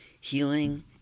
healing